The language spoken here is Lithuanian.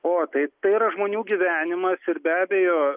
o taip tai yra žmonių gyvenimas ir be abejo